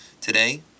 today